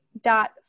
dot